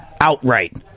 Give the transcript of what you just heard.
outright